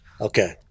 Okay